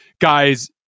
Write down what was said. guys